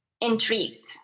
intrigued